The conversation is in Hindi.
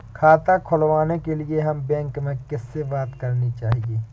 खाता खुलवाने के लिए हमें बैंक में किससे बात करनी चाहिए?